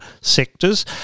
sectors